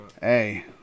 hey